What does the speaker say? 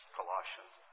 Colossians